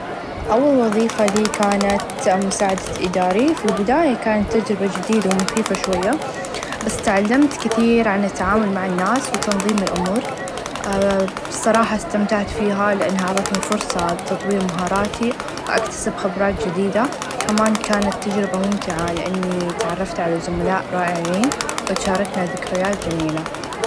أول وظيفه لي كانت مساعده إداري في البدايه كانت تچربه چديده و مخيفه شويه بس تعلمت كثير عن التعامل مع الناس و تنظيم الأمورفالصراحه إستمتعت فيها لإنها عطيتني فرصه لتطوير مهاراتي و أكتسب خبرات چديده كمان كانت تچربه ممتعه لأني تعرفت على زملاء رائعين و تشاركنا ذكريات چميله.